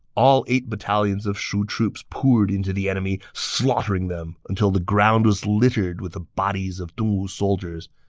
all eight battalions of shu troops poured into the enemy, slaughtering them until the ground was littered with the bodies of dongwu soldiers,